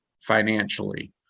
financially